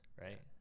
right